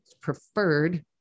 preferred